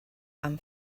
amb